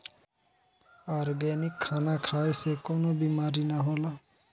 organic खाना खाए से कवनो बीमारी ना होला